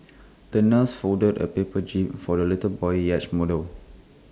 the nurse folded A paper jib for the little boy's yacht model